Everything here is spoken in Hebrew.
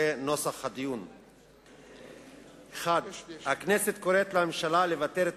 זה הנוסח: 1. הכנסת קוראת לממשלה לבטל את